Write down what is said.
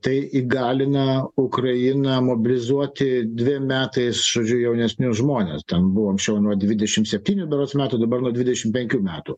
tai įgalina ukrainą mobilizuoti dviem metais žodžiu jaunesnius žmones ten buvo anksčiau nuo dvidešim septynių berods metų dabar nuo dvidešim penkių metų